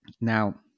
Now